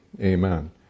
amen